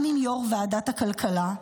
וגם עם יושב-ראש ועדת הכלכלה,